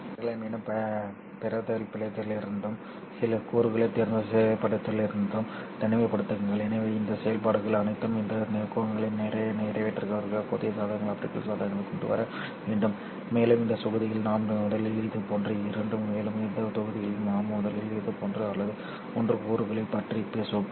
சிக்னல்களை மீண்டும் பிரதிபலிப்பதிலிருந்தும் சில கூறுகளை சேதப்படுத்துவதிலிருந்தும் தனிமைப்படுத்துங்கள் எனவே இந்த செயல்பாடுகள் அனைத்தும் இந்த நோக்கங்களை நிறைவேற்றக்கூடிய புதிய சாதனங்கள் ஆப்டிகல் சாதனங்களைக் கொண்டு வர வேண்டும் மேலும் இந்த தொகுதியில் நாம் முதலில் இதுபோன்ற இரண்டு அல்லது மூன்று கூறுகளைப் பற்றி பேசுவோம்